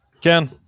Ken